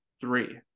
three